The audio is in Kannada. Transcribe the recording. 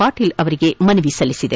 ಪಾಟೀಲ್ ಅವರಿಗೆ ಮನವಿ ಸಲ್ಲಿಸಿದೆ